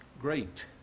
Great